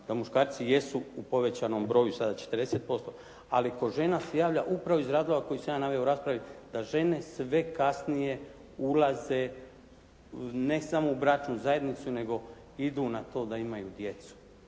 da muškarci jesu u povećanom broju sa 40%. Ali kod žena se javlja upravo iz razloga koji sam ja naveo u raspravi da žene sve kasnije ulaze ne samo u bračnu zajednicu, nego idu na to da imaju djecu.